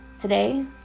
today